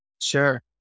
Sure